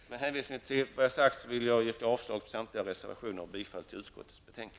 Med hänvisning till vad jag sagt vill jag yrka avslag på samtliga reservationer och bifall till utskottets hemställan.